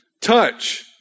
Touch